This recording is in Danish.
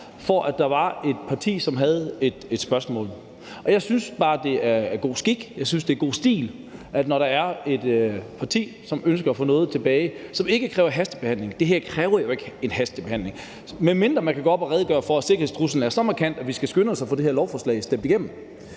fordi der var et parti, som havde et spørgsmål. Jeg synes bare, det er god skik. Jeg synes, det er god stil, når der er et parti, som ønsker at få noget tilbage, som ikke kræver hastebehandling, at det så sker. Det her kræver jo ikke en hastebehandling, medmindre man kan gå herop og redegøre for, at sikkerhedstruslen er så markant, at vi skal skynde os at få stemt det her lovforslag igennem.